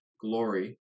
glory